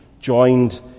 joined